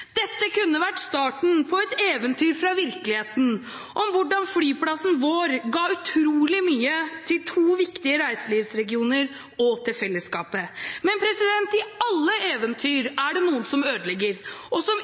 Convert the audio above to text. Dette kunne vært starten på et eventyr fra virkeligheten om hvordan flyplassen vår ga utrolig mye til to viktige reiselivsregioner og til fellesskapet. Men i alle eventyr er det noen som ødelegger, og som